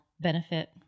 benefit